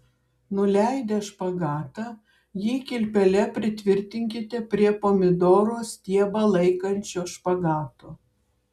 nuleidę špagatą jį kilpele pritvirtinkite prie pomidoro stiebą laikančio špagato